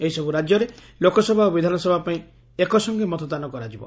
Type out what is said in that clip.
ଏହିସବୁ ରାଜ୍ୟରେ ଲୋକସଭା ଓ ବିଧାନସଭା ପାଇଁ ଏକସଙେ ମତଦାନ କରାଯିବ